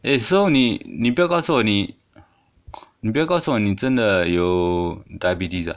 eh so 你你不要告诉我你你不要告诉我你真的有 diabetes ah